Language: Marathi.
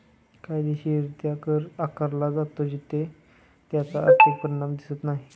कायदेशीररित्या कर आकारला जातो तिथे त्याचा आर्थिक परिणाम दिसत नाही